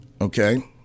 Okay